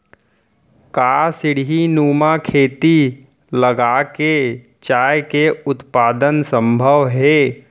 का सीढ़ीनुमा खेती लगा के चाय के उत्पादन सम्भव हे?